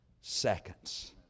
seconds